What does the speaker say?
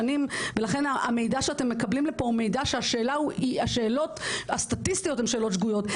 המידע שאתם מקבלים לפה הוא מידע שהשאלות הסטטיסטיות הן שאלות שגויות.